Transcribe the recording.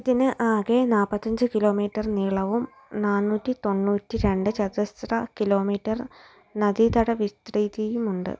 ഇതിന് ആകെ നാൽപ്പത്തഞ്ച് കിലോമീറ്റർ നീളവും നാനൂറ്റി തൊണ്ണൂറ്റി രണ്ട് ചതുരശ്ര കിലോമീറ്റർ നദീതട വിസ്തൃതിയുമുണ്ട്